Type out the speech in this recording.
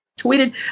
tweeted